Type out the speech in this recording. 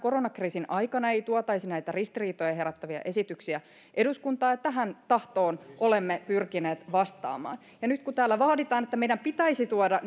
koronakriisin aikana ei tuotaisi ristiriitoja herättäviä esityksiä eduskuntaan ja tähän tahtoon olemme pyrkineet vastaamaan nyt kun täällä vaaditaan että meidän pitäisi tuoda